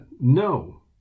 No